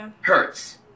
hurts